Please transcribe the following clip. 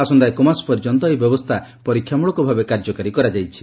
ଆସନ୍ତା ଏକମାସ ପର୍ଯ୍ୟନ୍ତ ଏହି ବ୍ୟବସ୍ଥା ପରୀକ୍ଷାମ୍ଭଳକ ଭାବେ କାର୍ଯ୍ୟକାରୀ କରାଯାଇଛି